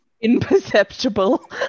Imperceptible